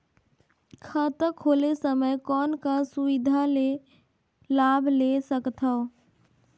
खाता खोले समय कौन का सुविधा के लाभ ले सकथव?